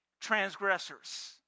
transgressors